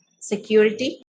security